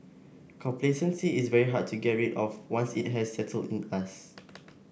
complacency is very hard to get rid of once it has settled in us